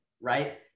right